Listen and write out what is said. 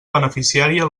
beneficiària